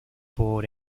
por